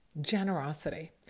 Generosity